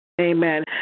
Amen